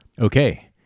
Okay